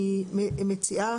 בסעיף